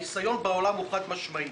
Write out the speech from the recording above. הניסיון בעולם הוא חד-משמעי.